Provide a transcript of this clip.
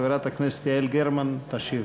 חברת הכנסת יעל גרמן, תשיב.